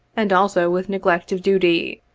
and also with neglect of duty.